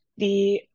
-the